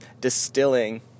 distilling